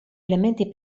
elementi